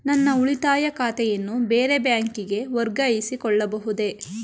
ನನ್ನ ಉಳಿತಾಯ ಖಾತೆಯನ್ನು ಬೇರೆ ಬ್ಯಾಂಕಿಗೆ ವರ್ಗಾಯಿಸಿಕೊಳ್ಳಬಹುದೇ?